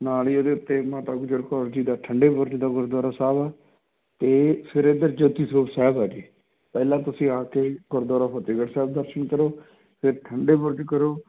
ਨਾਲ ਹੀ ਉਹਦੇ ਉੱਤੇ ਮਾਤਾ ਗੁਜਰ ਕੌਰ ਜੀ ਦਾ ਠੰਡੇ ਬੁਰਜ ਦਾ ਗੁਰਦੁਆਰਾ ਸਾਹਿਬ ਆ ਅਤੇ ਫਿਰ ਇੱਧਰ ਜੋਤੀ ਸਰੂਪ ਸਾਹਿਬ ਆ ਜੀ ਪਹਿਲਾਂ ਤੁਸੀਂ ਆ ਕੇ ਗੁਰਦੁਆਰਾ ਫਤਿਹਗੜ੍ਹ ਸਾਹਿਬ ਦਰਸ਼ਨ ਕਰੋ ਅਤੇ ਠੰਡੇ ਬੁਰਜ ਕਰੋ